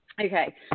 Okay